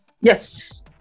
Yes